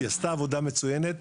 היא עשתה עבודה מצוינת.